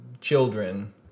children